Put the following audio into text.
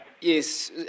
yes